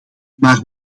maar